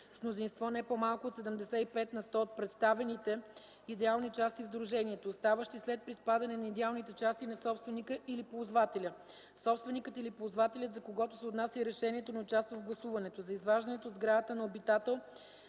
мнозинство не по-малко от 75 на сто от представените идеални части в сдружението, оставащи след приспадане на идеалните части на собственика или ползвателя; собственикът или ползвателят, за когото се отнася решението, не участва в гласуването; за изваждането от сградата на обитател,